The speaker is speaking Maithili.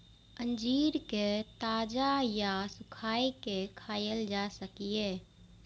अंजीर कें ताजा या सुखाय के खायल जा सकैए